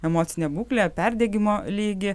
emocinę būklę perdegimo lygį